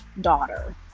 daughter